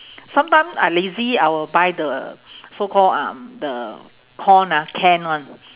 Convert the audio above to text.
sometime I lazy I will buy the so call um the corn ah canned one